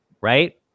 Right